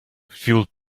fueled